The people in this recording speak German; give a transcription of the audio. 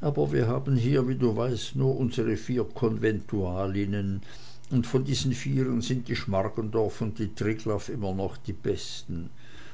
aber wir haben hier wie du weißt nur unsre vier konventualinnen und von diesen vieren sind die schmargendorf und die triglaff immer noch die besten